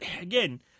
again